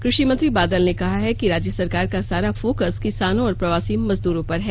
कृषि मंत्री बादल ने कहा है कि राज्य सरकार का सारा फोकस किसानों और प्रवासी मजदूरों पर है